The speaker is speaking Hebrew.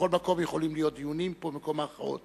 בכל מקום יכולים להיות דיונים, פה מקום ההכרעות.